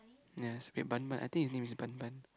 yes wait Bun Bun I think it's name is Bun Bun